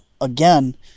again